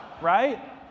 right